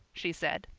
she said.